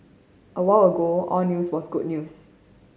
a while ago all news was good news